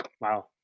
Wow